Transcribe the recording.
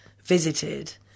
visited